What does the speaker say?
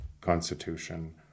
Constitution